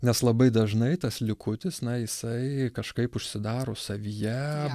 nes labai dažnai tas likutis na jisai kažkaip užsidaro savyje